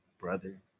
brother